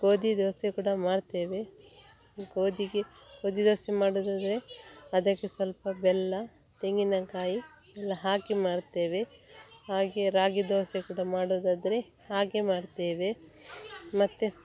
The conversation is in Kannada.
ಗೋಧಿ ದೋಸೆ ಕೂಡ ಮಾಡ್ತೇವೆ ಗೋಧಿಗೆ ಗೋಧಿ ದೋಸೆ ಮಾಡುವುದಾದ್ರೆ ಅದಕ್ಕೆ ಸ್ವಲ್ಪ ಬೆಲ್ಲ ತೆಂಗಿನಕಾಯಿ ಎಲ್ಲ ಹಾಕಿ ಮಾಡ್ತೇವೆ ಹಾಗೇ ರಾಗಿ ದೋಸೆ ಕೂಡ ಮಾಡುವುದಾದ್ರೆ ಹಾಗೇ ಮಾಡ್ತೇವೆ ಮತ್ತು